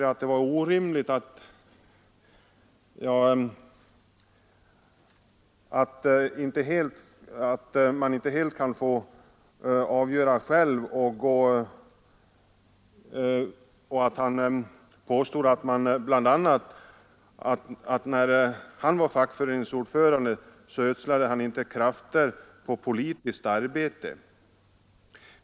Han ansåg det = orimligt att man inte helt kan få avgöra själv, och han påstod att när han Ny regeringsform var fackföreningsordförande så ödslade han inte krafter på politiskt arbete.